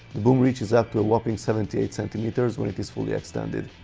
the boom reaches up to a whopping seventy eight centimeters when it is fully extended.